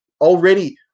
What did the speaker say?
already